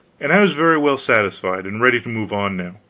and i was very well satisfied, and ready to move on now,